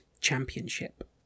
championship